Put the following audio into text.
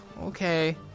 Okay